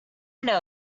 know